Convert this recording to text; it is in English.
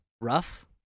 rough